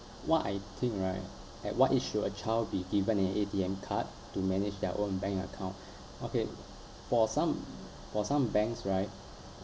what I think right at what age should a child be given an A_T_M card to manage their own bank account okay for some for some banks right